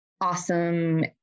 awesome